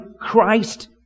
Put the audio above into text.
Christ